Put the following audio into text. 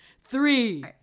Three